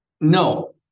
No